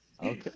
Okay